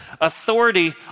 authority